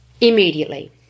immediately